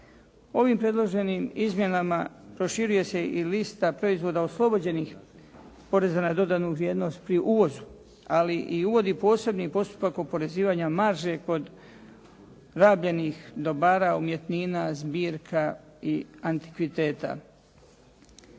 Ovim predloženim izmjenama proširuje se i lista proizvoda oslobođenih poreza na dodanu vrijednost pri uvozu, ali i uvodi posebni postupak oporezivanja marže kod rabljenih dobara umjetnina, zbirka i antikviteta.